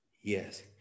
yes